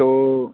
تو